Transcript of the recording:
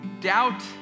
Doubt